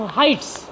heights